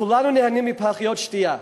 כולנו נהנים מפחיות שתייה,